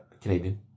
Canadian